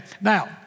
Now